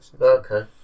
Okay